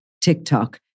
TikTok